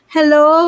Hello